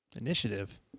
Initiative